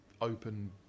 open